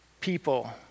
people